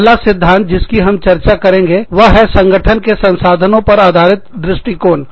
पहला सिद्धांत जिसकी हम चर्चा करेंगे वह संगठन के संसाधनों पर आधारित दृष्टिकोण है